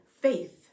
faith